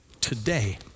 today